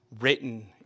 written